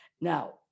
Now